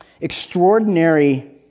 extraordinary